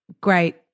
Great